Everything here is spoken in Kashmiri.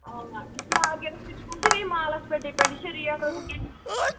یہِ چھُ مارکیٹَس پٮ۪ٹھ مالَس پٮ۪ٹھ ڈِپٮ۪نٛڈ یہِ چھِ ریٹ روزان